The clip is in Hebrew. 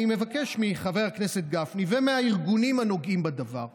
אני מבקש מחבר הכנסת גפני ומהארגונים הנוגעים בדבר,